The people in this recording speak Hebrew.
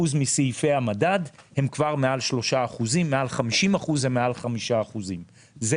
מסעיפי המדד הם כבר מעל 3%. מעל 50% זה מעל 5%. זו